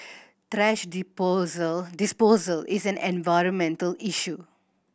thrash disposal is an environmental issue